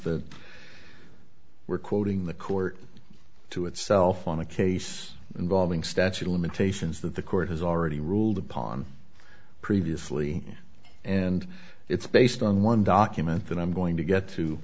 that we're quoting the court to itself on a case involving statute limitations that the court has already ruled upon previously and it's based on one document that i'm going to get to